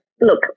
Look